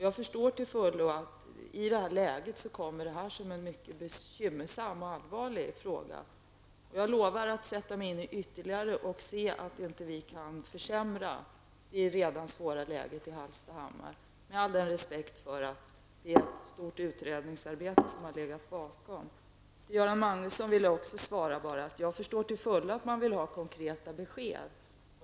Jag förstår till fullo att detta är en mycket bekymmersam och allvarlig fråga i detta läge. Jag lovar att ytterligare sätta mig in i frågan och se om vi inte kan undvika att försämra det redan svåra läget i Hallstahammar, med all respekt för att ett stort utredningsarbete har legat bakom rapporten. Jag förstår till fullo att man vill ha konkreta besked, Göran Magnusson.